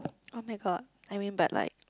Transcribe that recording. [oh]-my-god I mean but like